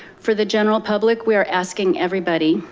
for the general public, we are asking everybody,